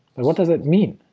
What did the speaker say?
but what does that mean?